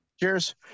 Cheers